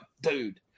dude